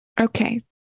Okay